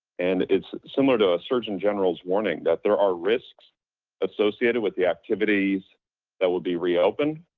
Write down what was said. and it's similar to a surgeon general's warning that there are risks associated with the activities that will be reopened